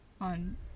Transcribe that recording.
On